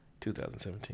2017